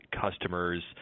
customers